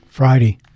friday